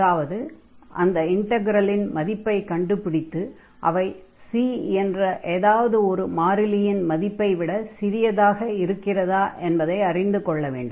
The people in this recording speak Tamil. அதாவது அந்த இன்ட்கரலின் மதிப்பைக் கண்டுபிடித்து அவை C என்ற ஏதாவது ஒரு மாறிலியின் மதிப்பை விட சிறியதாக இருக்கிறதா என்பதை அறிந்து கொள்ள வேண்டும்